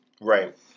Right